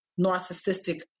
narcissistic